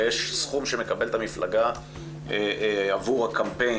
הרי יש סכום שמקבלת המפלגה עבור הקמפיין